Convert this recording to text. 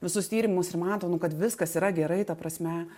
visus tyrimus ir mato nu kad viskas yra gerai ta prasme